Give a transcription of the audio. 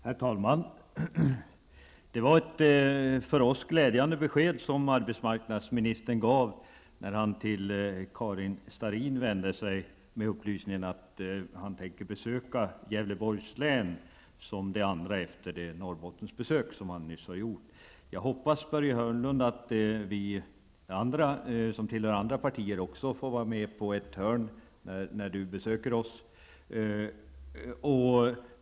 Herr talman! Det var ett för oss glädjande besked som arbetsmarknadsministern gav, när han till Karin Starrin lämnade upplysningen att han tänker besöka Gävleborgs län som det andra länet efter det Norrbottensbesök som han nyss har gjort. Jag hoppas, Börje Hörnlund, att vi som tillhör andra partier får vara med på ett hörn vid besöket.